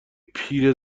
پیره